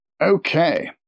Okay